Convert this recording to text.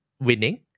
winning